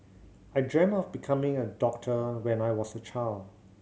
I dreamt of becoming a doctor when I was a child